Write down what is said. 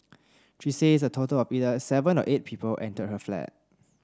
she says a total of either seven or eight people entered her flat